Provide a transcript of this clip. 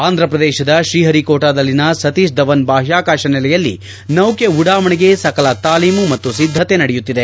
ಆಂಧಪ್ರದೇಶದ ಶ್ರೀಹರಿ ಕೋಟಾದಲ್ಲಿನ ಸತೀಶ್ ಧವನ್ ಬಾಹ್ಕಾಕಾಶ ನೆಲೆಯಲ್ಲಿ ನೌಕೆ ಉಡಾವಣೆಗೆ ಸಕಲ ತಾಲೀಮು ಮತ್ತು ಸಿದ್ಧತೆ ನಡೆಯುತ್ತಿದೆ